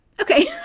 Okay